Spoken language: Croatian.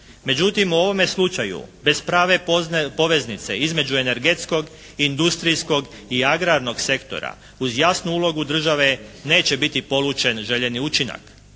Međutim, u ovome slučaju bez prave poveznice između energetskog, industrijskog i agrarnog sektora uz jasnu ulogu države neće biti polučen željeni učinak.